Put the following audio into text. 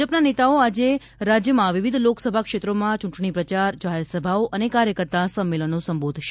ભાજપના નેતાઓ આજે રાજ્યમાં વિવિધ લોકસભા ક્ષેત્રોમાં ચૂંટણીપ્રચાર જાહેરસભાઓ અને કાર્યકર્તા સંમેલનો સંબોધશે